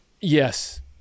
yes